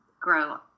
grow